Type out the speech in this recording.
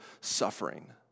suffering